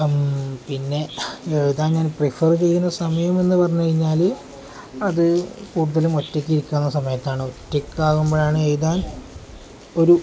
പിന്നെ എഴുതാൻ ഞാൻ പ്രിഫറ് ചെയ്യുന്ന സമയം എന്ന് പറഞ്ഞ് കഴിഞ്ഞാൽ അത് കൂടുതലും ഒറ്റയ്ക്കിരിക്കുന്ന സമയത്താണ് ഒറ്റക്കാകുമ്പോഴാണ് എഴുതാൻ ഒരു